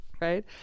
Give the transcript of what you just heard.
right